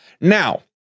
Now